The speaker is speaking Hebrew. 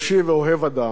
שתמיד הוביל,